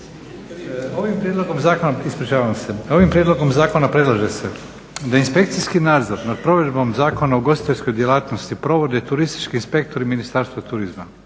Ovim prijedlogom zakona predlaže se da inspekcijski nadzor nad provedbom Zakona o ugostiteljskoj djelatnosti provode turistički inspektori Ministarstva turizma,